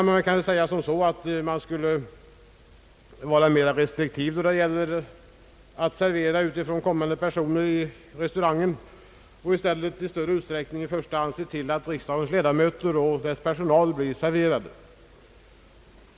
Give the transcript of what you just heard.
Man kan säga som så att man borde vara mera restriktiv då det gäller att servera utifrån kom mande personer i restaurangen och i stället i större utsträckning i första hand borde se till att riksdagens ledamöter och dess personal blir serverade.